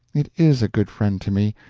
it is a good friend to me,